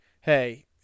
hey